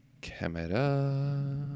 camera